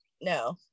no